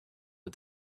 but